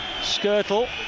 Skirtle